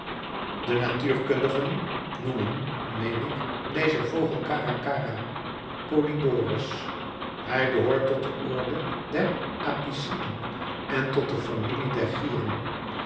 de natuurkundigen noemen meen ik dezen vogel caracara polyborus hij behoort tot de orde der apiciden en tot de familie der gieren